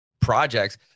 projects